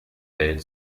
welt